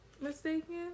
mistaken